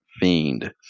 fiend